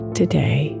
today